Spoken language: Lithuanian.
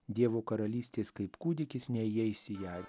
dievo karalystės kaip kūdikis neįeis į ją